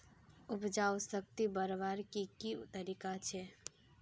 उपजाऊ शक्ति बढ़वार की की तरकीब छे?